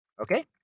Okay